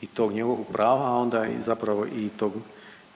i tog njegovog prava, a onda zapravo i tog